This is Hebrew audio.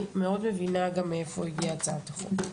אני גם מאוד מבינה מאיפה הגיעה הצאת החוק.